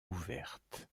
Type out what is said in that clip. ouverte